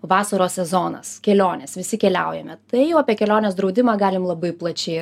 vasaros sezonas kelionės visi keliaujame tai jau apie kelionės draudimą galim labai plačiai